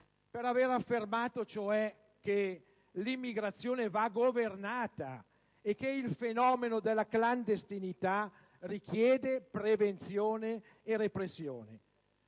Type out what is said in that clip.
per aver affermato cioè che l'immigrazione va governata e che il fenomeno della clandestinità richiede prevenzione e repressione.